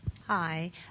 Hi